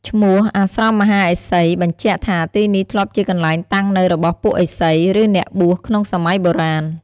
ឈ្មោះ "អាស្រមមហាឥសី" បញ្ជាក់ថាទីនេះធ្លាប់ជាកន្លែងតាំងនៅរបស់ពួកឥសី ឬអ្នកបួសក្នុងសម័យបុរាណ។